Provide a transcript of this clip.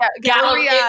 Galleria